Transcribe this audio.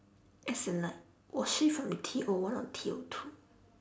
as in like was she from T O one or T O two